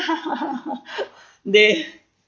they